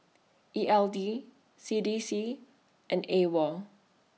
E L D C D C and AWOL